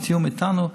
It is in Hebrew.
בתיאום איתנו,